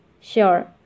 Sure